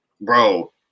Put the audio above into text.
bro